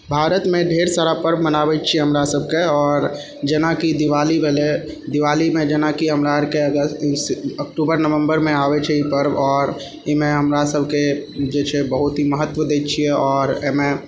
भारतमे ढ़ेर सारा पर्व मनाबै छियै हमरा सबके आओर जेनाकि दिवाली भेलै दिवालीमे जेनाकि हमरा अरके अक्टूबर नवम्बरमे आबै छै ई पर्व आओर ई मे हमरा सबके जे छै बहुत ही महत्त्व दै छियै आओर अइमे